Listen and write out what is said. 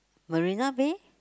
Marina-Bay